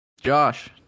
josh